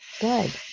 Good